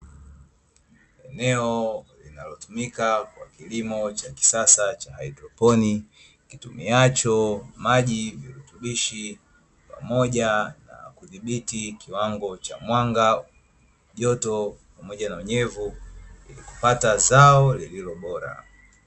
Eneo ninalotumika kwa kilimo cha kisasa cha hydroponi, kitumiacho maji, virutubisho pamoja na kudhibiti kiwango cha mwanga, joto na unyevu kupata zao lililo bora.